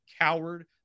coward